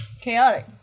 chaotic